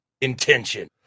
intention